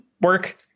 work